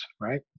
Right